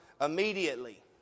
immediately